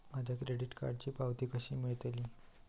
माझ्या क्रेडीट कार्डची पावती कशी मिळतली?